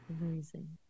Amazing